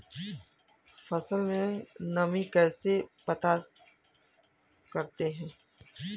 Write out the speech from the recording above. फसल में नमी कैसे पता करते हैं?